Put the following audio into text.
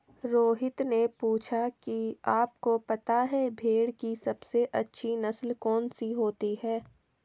रोहित ने पूछा कि आप को पता है भेड़ की सबसे अच्छी नस्ल कौन सी होती है?